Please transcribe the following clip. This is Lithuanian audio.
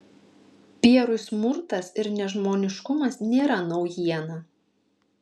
pierui smurtas ir nežmoniškumas nėra naujiena